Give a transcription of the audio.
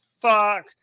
fuck